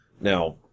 Now